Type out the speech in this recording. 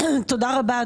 תודה רבה,